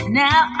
now